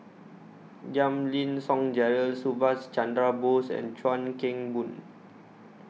Giam Yean Song Gerald Subhas Chandra Bose and Chuan Keng Boon